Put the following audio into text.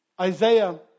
Isaiah